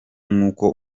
nk’uko